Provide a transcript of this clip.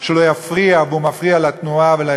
הרווחה, השר כץ, חבר הכנסת.